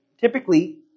typically